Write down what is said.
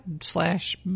slash